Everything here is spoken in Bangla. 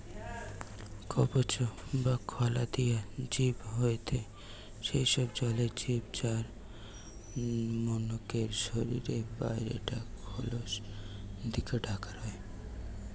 কবচ বা খলা দিয়া জিব হয়থে সেই সব জলের জিব যার মনকের শরীরের বাইরে টা খলস দিকি ঢাকা রয়